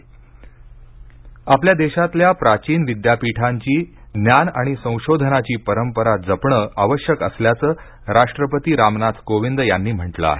राष्ट्रपती आपल्या देशातल्या प्राचीन विद्यापीठांची ज्ञान आणि संशोधनाची परंपरा जपण आवश्यक असल्याचं राष्ट्रपती रामनाथ कोविंद यांनी म्हटलं आहे